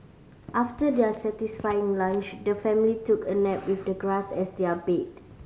after their satisfying lunch the family took a nap with the grass as their bed